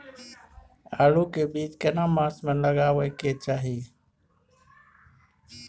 आलू के बीज केना मास में लगाबै के चाही?